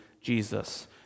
Jesus